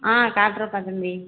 ஆ காட்டுறேன்ப்பா தம்பி